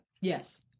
Yes